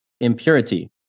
impurity